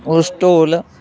ਉਸ ਢੋਲ